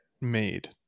made